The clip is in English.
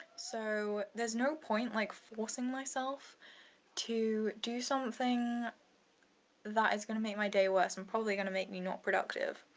so there's no point like forcing myself to do something that is gonna make my day worse and probably gonna make me not productive.